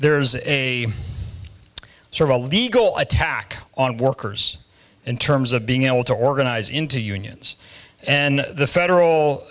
there's a sort of a legal i attack on workers in terms of being able to organize into unions and the federal